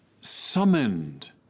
summoned